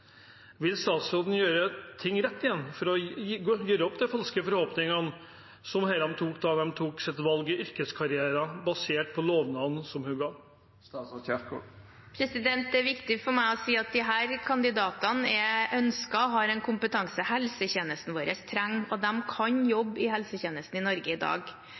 Vil statsråden gjøre ting rett igjen, for å gjøre opp for de falske forhåpningene som disse studentene fikk da de tok sitt valg for yrkeskarrieren, basert på lovnaden som hun ga? Det er viktig for meg å si at disse kandidatene er ønsket og har en kompetanse helsetjenesten vår trenger, og de kan jobbe i helsetjenesten i Norge i dag.